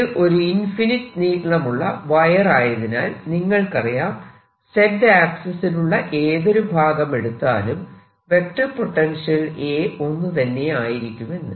ഇത് ഒരു ഇൻഫിനിറ്റ് നീളമുള്ള വയർ ആയതിനാൽ നിങ്ങൾക്കറിയാം Z ആക്സിസിലുള്ള ഏതൊരു ഭാഗം എടുത്താലും വെക്റ്റർ പൊട്ടൻഷ്യൽ A ഒന്നുതന്നെ ആയിരിക്കുമെന്ന്